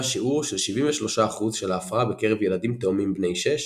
שיעור של 73% של ההפרעה בקרב ילדים תאומים בני 6,